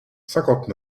cinquante